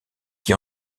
qui